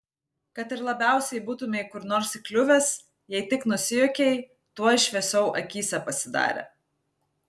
kad ir labiausiai būtumei kur nors įkliuvęs jei tik nusijuokei tuoj šviesiau akyse pasidarė